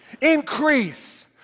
Increase